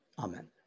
Amen